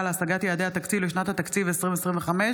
להשגת יעדי התקציב לשנת התקציב 2025),